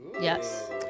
Yes